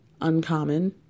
uncommon